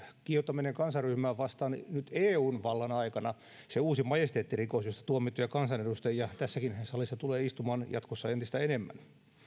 kiihottaminen kansanryhmää vastaan nyt eun vallan aikana se uusi majesteettirikos josta tuomittuja kansanedustajia tässäkin salissa tulee istumaan jatkossa entistä enemmän